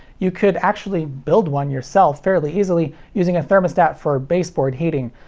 you could actually build one yourself fairly easily using a thermostat for baseboard heating,